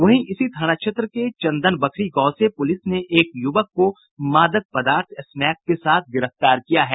वहीं इसी थाना क्षेत्र के चंदन बखरी गांव से पुलिस ने एक युवक को मादक पदार्थ स्मैक के साथ गिरफ्तार किया है